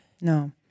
No